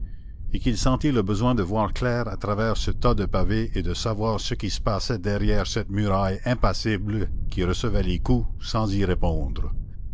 et qu'ils sentirent le besoin de voir clair à travers ce tas de pavés et de savoir ce qui se passait derrière cette muraille impassible qui recevait les coups sans y répondre